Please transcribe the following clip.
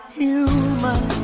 human